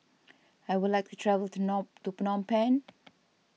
I would like to travel to Phnom Penh